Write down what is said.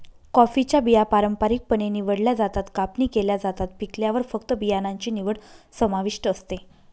कॉफीच्या बिया पारंपारिकपणे निवडल्या जातात, कापणी केल्या जातात, पिकल्यावर फक्त बियाणांची निवड समाविष्ट असते